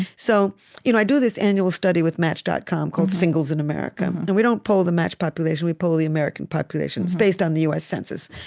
so you know i do this annual study with match dot com, called singles in america, and we don't poll the match population. we poll the american population. it's based on the u s. census.